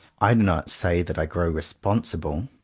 i do not say that i grow responsible.